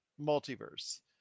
Multiverse